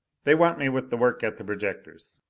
they want me with the work at the projectors.